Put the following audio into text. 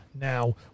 now